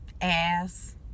ass